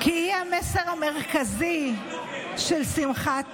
כי היא המסר המרכזי של שמחת תורה.